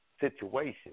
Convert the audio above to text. situation